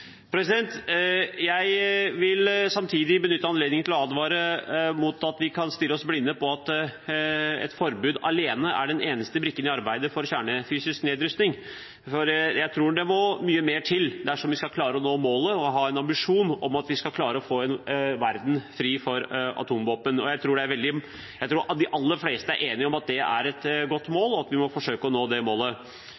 Jeg vil samtidig benytte anledningen til å advare mot at vi stirrer oss blinde på at et forbud alene er den eneste brikken i arbeidet for kjernefysisk nedrustning. Jeg tror det må mye mer til dersom vi skal klare å nå målet og ambisjonen om at vi skal få en verden fri for atomvåpen. Jeg tror de aller fleste er enige om at det er et godt mål, og at vi må